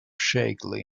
shakily